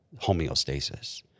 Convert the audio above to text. homeostasis